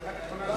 נתקבלו.